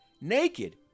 naked